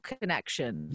connection